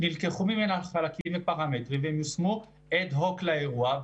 נלקחו ממנה חלקים ופרמטרים והם יושמו אד הוק לאירוע,